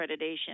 accreditation